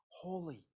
holy